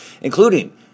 including